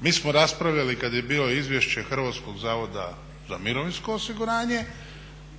mi smo raspravljali kad je bilo izvješće Hrvatskog zavoda za mirovinsko osiguranje